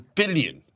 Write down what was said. billion